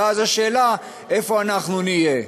ואז השאלה איפה אנחנו נהיה.